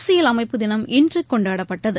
அரசியல் அமைப்பு தினம் இன்று கொண்டாடப்பட்டது